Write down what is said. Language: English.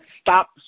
stop